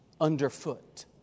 underfoot